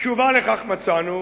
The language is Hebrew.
תשובה לכך מצאנו